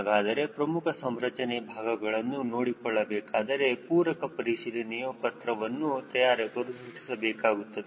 ಹಾಗಾದರೆ ಪ್ರಮುಖ ಸಂರಚನೆ ಭಾಗಗಳನ್ನು ನೋಡಿಕೊಳ್ಳಬೇಕಾದರೆ ಪೂರಕ ಪರಿಶೀಲನೆಯ ಪತ್ರವನ್ನು ತಯಾರಕರು ಸೃಷ್ಟಿಸಬೇಕಾಗುತ್ತದೆ